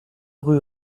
rue